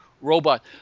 robot